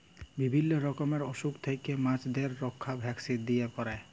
বিভিল্য রকমের অসুখ থেক্যে মাছদের রক্ষা ভ্যাকসিল দিয়ে ক্যরে